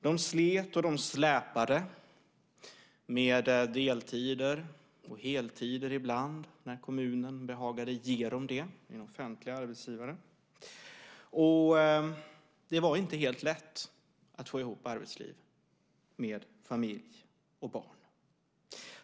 De slet och släpade med deltider och heltider ibland när kommunen behagade ge dem det. Det är en offentlig arbetsgivare. Det var inte helt lätt att få ihop arbetslivet med familj och barn.